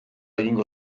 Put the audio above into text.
egingo